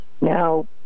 Now